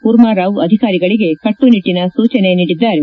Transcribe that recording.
ಕೂರ್ಮಾರಾವ್ ಅಧಿಕಾರಿಗಳಿಗೆ ಕಟ್ಟುನಿಟ್ಟನ ಸೂಚನೆ ನೀಡಿದ್ದಾರೆ